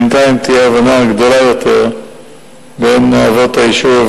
בינתיים תהיה הבנה גדולה יותר בין אבות היישוב,